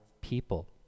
people